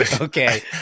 okay